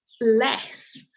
less